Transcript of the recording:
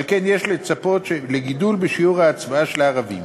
על כן, יש לצפות לגידול בשיעור ההצבעה של הערבים,